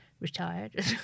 retired